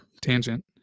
Tangent